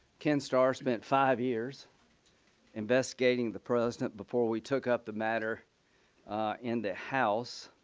ken star spent five years investigating the president before we took up the matter in the house.